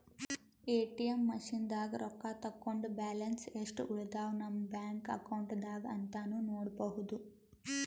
ATM ಮಷಿನ್ದಾಗ್ ರೊಕ್ಕ ತಕ್ಕೊಂಡ್ ಬ್ಯಾಲೆನ್ಸ್ ಯೆಸ್ಟ್ ಉಳದವ್ ನಮ್ ಬ್ಯಾಂಕ್ ಅಕೌಂಟ್ದಾಗ್ ಅಂತಾನೂ ನೋಡ್ಬಹುದ್